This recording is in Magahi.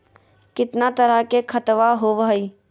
कितना तरह के खातवा होव हई?